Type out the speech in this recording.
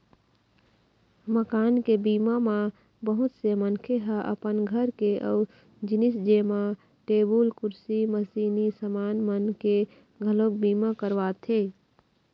मकान के बीमा म बहुत से मनखे ह अपन घर के अउ जिनिस जेमा टेबुल, कुरसी, मसीनी समान मन के घलोक बीमा करवाथे